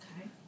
Okay